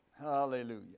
Hallelujah